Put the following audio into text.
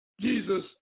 Jesus